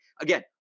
again